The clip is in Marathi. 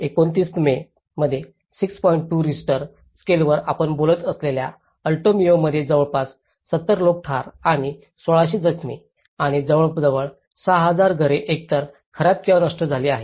2 रिश्टर स्केलवर आपण बोलत असलेल्या अल्टो मेयोमध्ये जवळपास 70 लोक ठार आणि 1600 जखमी आणि जवळजवळ 6000 घरे एकतर खराब किंवा नष्ट झाली आहेत